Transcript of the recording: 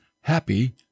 happy